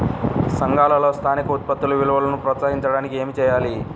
సంఘాలలో స్థానిక ఉత్పత్తుల విలువను ప్రోత్సహించడానికి ఏమి చేయాలి?